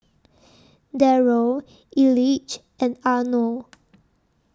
Darrell Elige and Arno